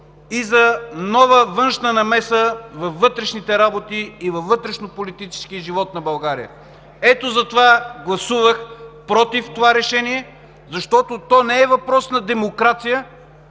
и за нова външна намеса във вътрешните работи и вътрешно-политическия живот на България. Ето затова гласувах „против” това Решение, защото то не е въпрос на демокрация,